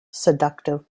seductive